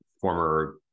former